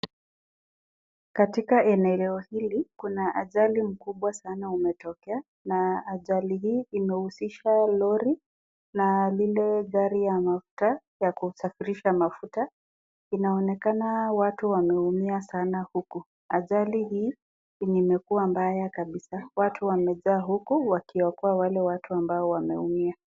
Katika eneo hili kuna ajali mkubwa sana umetokea na ajali hii inauzisha lori na lile gari ya mafuta ya kusafisha mafuta inaonekana watu wameumia sana huko , ajali hii imekuwa mbaya kabisa watu wamejaa huku wakiokoa wale watu ambao wameumia.